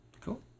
Cool